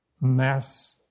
mass